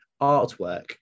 artwork